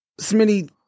smitty